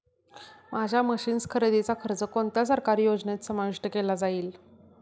माझ्या मशीन्स खरेदीचा खर्च कोणत्या सरकारी योजनेत समाविष्ट केला जाईल?